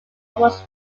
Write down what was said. almost